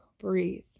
breathe